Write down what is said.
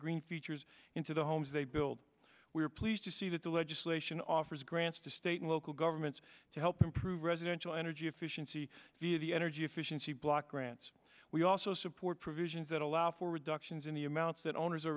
green features into the homes they build we are pleased to see that the legislation offers grants to state and local governments to help improve residential energy efficiency via the energy efficiency block grants we also support provisions that allow for reductions in the amounts that owners are